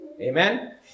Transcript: Amen